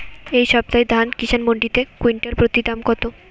এই সপ্তাহে ধান কিষান মন্ডিতে কুইন্টাল প্রতি দাম কত?